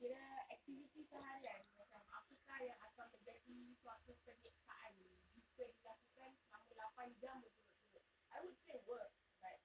kira activities seharian macam apakah yang akan menjadi suatu penyeksaan jika dilakukan selama lapan jam berturut-turut I would say work but